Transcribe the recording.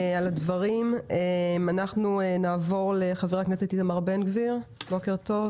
אנחנו נעבור לחבר הכנסת איתמר בן גביר, בבקשה.